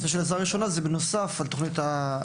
הכשרה של מגיש עזרה ראשונה היא בנוסף לתכנית ההכשרה,